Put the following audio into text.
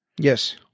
Yes